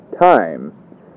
time